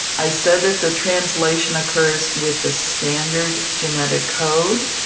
i said that the translation occurs with the standard genetic code,